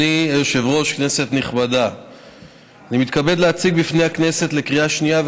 אנחנו עוברים להצעת חוק הבאה,